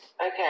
Okay